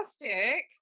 fantastic